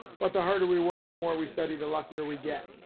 but the harder we work, the more we study, the luckier we get.